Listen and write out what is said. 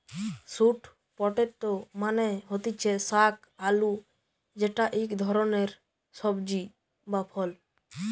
sweet potato মানে হতিছে শাক আলু যেটা ইক ধরণের সবজি বা ফল